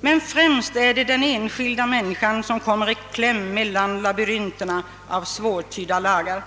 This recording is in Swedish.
Men främst är det den enskilda människan som kommer i kläm mellan labyrinterna av svårtydda lagar.